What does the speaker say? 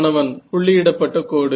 மாணவன் புள்ளியிடப்பட்ட கோடு